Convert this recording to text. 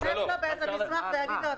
הוא ינפנף לו באיזה מסמך ויגיד לו,